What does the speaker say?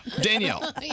Danielle